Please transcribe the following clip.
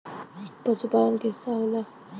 पसुपालन क हिस्सा होला